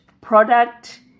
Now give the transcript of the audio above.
product